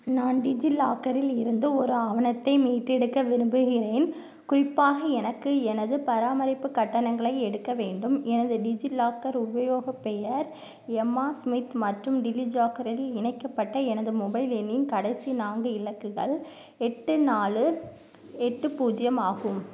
நான் டிஜிலாக்கரில் இருந்து ஒரு ஆவணத்தை மீட்டெடுக்க விரும்புகிறேன் குறிப்பாக எனக்கு எனது பராமரிப்பு கட்டணங்களை எடுக்க வேண்டும் எனது டிஜிலாக்கர் உபயோகப் பெயர் எம்மா சுமித் மற்றும் டிலிஜாக்கரில் இணைக்கப்பட்ட எனது மொபைல் எண்ணின் கடைசி நான்கு இலக்குகள் எட்டு நாலு எட்டு பூஜ்யம் ஆகும்